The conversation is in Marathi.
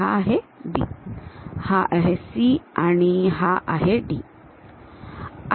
हा आहे B हा आहे C आणि हा आहे D